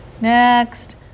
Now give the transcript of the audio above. next